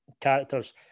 characters